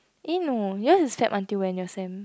eh no yours is Sept until when your sem